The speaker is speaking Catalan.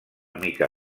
mica